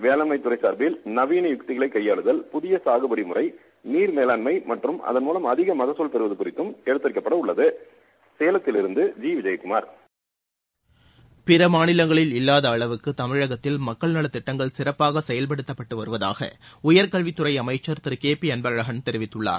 வேளாண்மை தறை சார்பில் நவீன உத்திகளை கையாளுதல் புதிய சாகுபடி முறை நீர் மேலாண்மை மற்றும் அதன் மூலம் அதிக மக்குல் பெறவது குறித்தம் எடுத்தரைக்கபட உள்ளது சேலத்திலிருந்து வி விஜயகுமார் பிற மாநிலங்களில் இல்லாத அளவுக்கு தமிழகத்தில் மக்கள் நலத்திட்டங்கள் சிறப்பாக செயல்படுத்தப்பட்டு வருவதாக உயர்கல்வித்துறை அமைச்சர் திரு கே பி அன்பழகன் தெரிவித்துள்ளார்